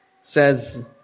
says